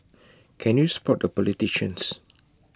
can you spot the politicians